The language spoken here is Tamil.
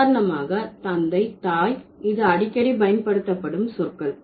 உதாரணமாக தந்தை தாய் இது அடிக்கடி பயன்படுத்தப்படும் சொற்கள்